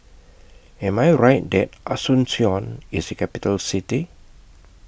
Am I Right that Asuncion IS A Capital City